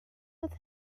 with